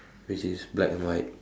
which is black and white